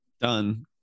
done